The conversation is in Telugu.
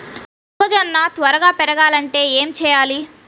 మొక్కజోన్న త్వరగా పెరగాలంటే ఏమి చెయ్యాలి?